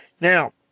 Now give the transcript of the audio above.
Now